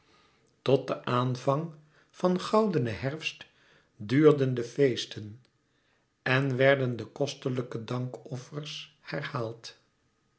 tot den aanvang van goudenen herfst duurden de feesten en werden de kostelijke dankoffers herhaald